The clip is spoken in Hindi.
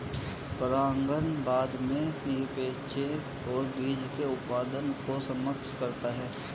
परागण बाद में निषेचन और बीज के उत्पादन को सक्षम करता है